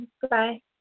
Goodbye